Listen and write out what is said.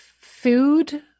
food